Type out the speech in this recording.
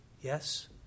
Yes